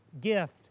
gift